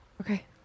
Okay